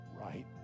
right